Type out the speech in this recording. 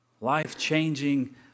Life-changing